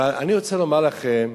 ואני רוצה לומר לכם,